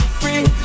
free